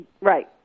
Right